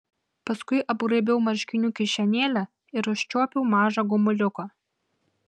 paskui apgraibiau marškinių kišenėlę ir užčiuopiau mažą gumuliuką